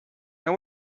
and